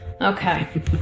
Okay